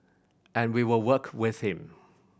and we will work with him